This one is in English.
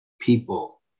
people